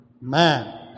man